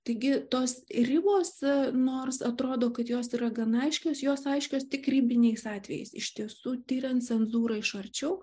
taigi tos ribos nors atrodo kad jos yra gana aiškios jos aiškios tik ribiniais atvejais iš tiesų tiriant cenzūrą iš arčiau